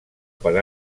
per